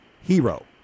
hero